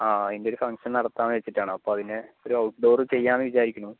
ആ അതിൻ്റെ ഒരു ഫംഗ്ഷൻ നടത്താന്നു വച്ചിട്ടാണ് അപ്പോൾ അതിന് ഒരു ഔട്ട്ഡോർ ചെയ്യാന്നു വിചാരിക്കണു